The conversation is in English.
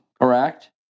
Correct